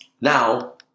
Now